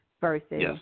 versus